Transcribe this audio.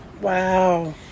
Wow